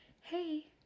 hey